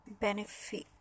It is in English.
benefit